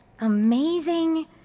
amazing